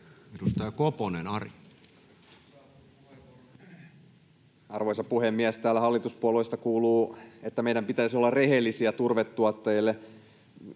17:37 Content: Arvoisa puhemies! Täällä hallituspuolueista kuuluu, että meidän pitäisi olla rehellisiä turvetuottajille.